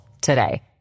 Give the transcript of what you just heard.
today